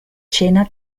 cena